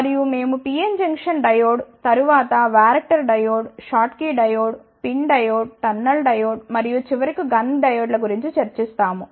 తరువాత మేము PN junction diode తరువాత varactor diode Schottky diode PIN diode tunnel diode మరియు చివరకు GUNN డయోడ్ గురించి చర్చిస్తాము